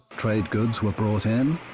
trade goods were brought in,